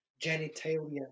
genitalia